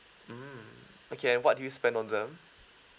mm okay and what you do spend on them